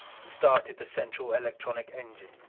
and started the central electronic engine.